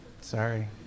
Sorry